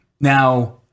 Now